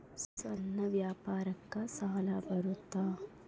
ಸಣ್ಣ ವ್ಯಾಪಾರಕ್ಕ ಸಾಲ ಬರುತ್ತಾ?